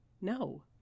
No